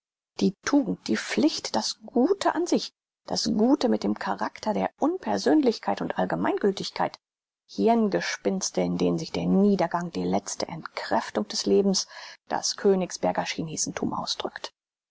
die tugend die pflicht das gute an sich das gute mit dem charakter der unpersönlichkeit und allgemeingültigkeit hirngespinnste in denen sich der niedergang die letzte entkräftung des lebens das königsberger chinesenthum ausdrückt